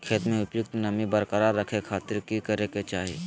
खेत में उपयुक्त नमी बरकरार रखे खातिर की करे के चाही?